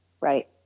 Right